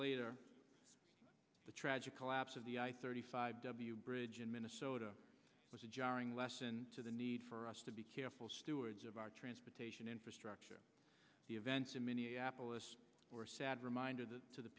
later the tragic collapse of the i thirty five w bridge in minnesota was a jarring lesson to the need for us to be careful stewards of our transportation infrastructure the events in minneapolis or a sad reminder that to the